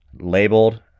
Labeled